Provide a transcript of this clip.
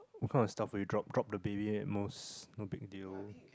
what kind of stuff will you drop drop the baby at most no big deal